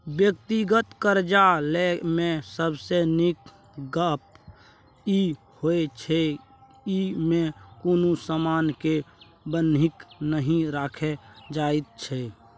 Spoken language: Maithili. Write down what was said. व्यक्तिगत करजा लय मे सबसे नीक गप ई होइ छै जे ई मे कुनु समान के बन्हकी नहि राखल जाइत छै